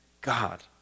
God